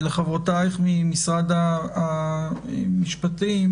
לחברותיך ממשרד המשפטים.